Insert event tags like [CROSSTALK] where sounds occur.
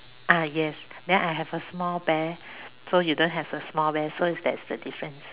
ah yes then I have a small bear so you don't has a small bear so it that's the difference [LAUGHS]